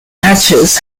matches